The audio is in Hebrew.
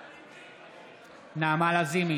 בעד נעמה לזימי,